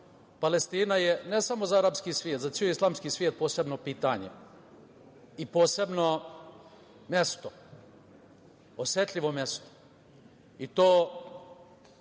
Palestina je ne samo za arapski svet, za ceo islamski svet posebno pitanje i posebno mesto, osetljivo mesto i to